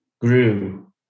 grew